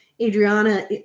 Adriana